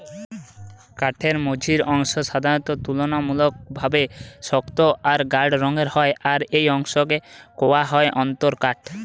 কাঠের মঝির অংশ সাধারণত তুলনামূলকভাবে শক্ত আর গাঢ় রঙের হয় আর এই অংশকে কওয়া হয় অন্তরকাঠ